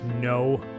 no